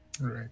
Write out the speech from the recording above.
Right